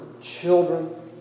children